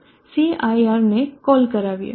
cir ને call કરાવીએ